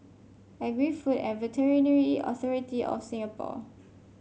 Agri Food and Veterinary Authority of Singapore